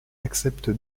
accepte